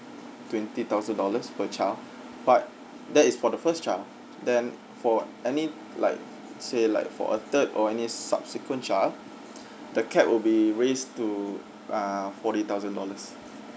twenty thousand dollars per child but that is for the first child then for any like say like for a third or any subsequent child the cap will be raised to ah forty thousand dollars